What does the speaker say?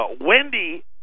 Wendy